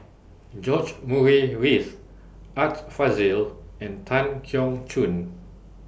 George Murray Reith Art Fazil and Tan Keong Choon